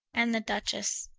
and the duchesse.